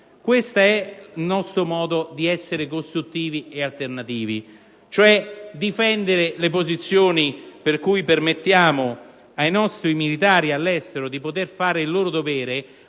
Questo è il nostro modo di essere costruttivi ed alternativi, cioè difendendo le posizioni per cui permettiamo ai nostri militari all'estero di fare il loro dovere